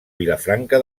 vilafranca